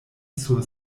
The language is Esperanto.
sur